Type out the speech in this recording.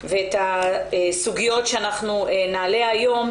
ואת הסוגיות שאנחנו נעלה היום.